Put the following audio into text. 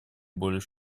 более